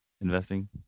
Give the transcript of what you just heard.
investing